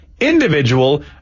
individual